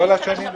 כל השנים?